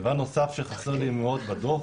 דבר נוסף שחסר לי מאוד בדוח